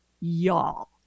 y'all